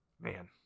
man